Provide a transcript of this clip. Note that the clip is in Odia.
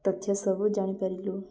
ତଥ୍ୟ ସବୁ ଜାଣିପାରିଲୁ